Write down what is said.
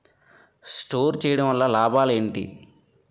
Store చేయడం వల్ల లాభాలు ఏంటి?